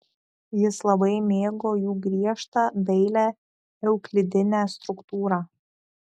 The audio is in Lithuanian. jis labai mėgo jų griežtą dailią euklidinę struktūrą